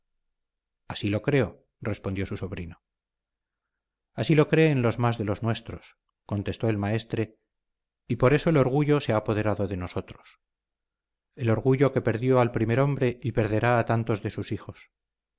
así lo creo respondió su sobrino así lo creen los más de los nuestros contestó el maestre y por eso el orgullo se ha apoderado de nosotros el orgullo que perdió al primer hombre y perderá a tantos de sus hijos